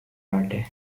verdi